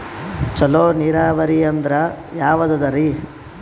ಚಲೋ ನೀರಾವರಿ ಅಂದ್ರ ಯಾವದದರಿ?